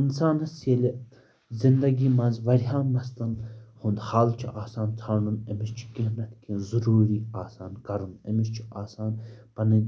اِنسانس ییٚلہِ زنٛدگی منٛز وارِیاہن مسلن ہُنٛد حل چھُ آسان ژھانٛڈُن أمِس چھُ کیٚنٛہہ نتہٕ کیٚنٛہہ ضروٗری آسان کَرُن أمِس چھُ آسان پنٕنۍ